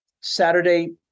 Saturday